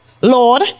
Lord